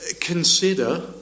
consider